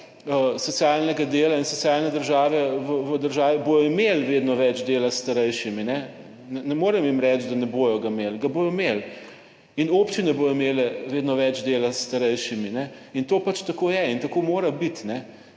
socialnega dela in socialne države v državi bodo imeli vedno več dela s starejšimi. Ne morem jim reči, da ne bodo ga imeli, ga bodo imeli. In občine bodo imele vedno več dela s starejšimi in to pač tako je in tako mora biti.